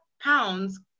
pounds